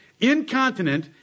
Incontinent